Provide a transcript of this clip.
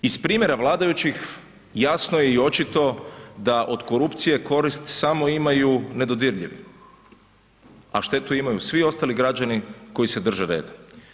Iz primjera vladajućih, jasno je i očito da od korupcije korist samo imaju nedodirljivi a štetu imaju svi ostali građani koji se drže reda.